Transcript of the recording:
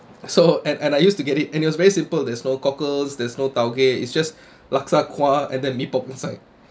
so and and I used to get it and it was very simple there's no cockles there's no taugeh it's just laksa kuah and mee pok inside